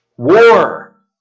War